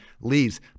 leaves